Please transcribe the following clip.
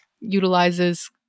utilizes